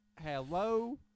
Hello